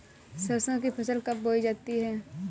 सरसों की फसल कब बोई जाती है?